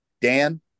Dan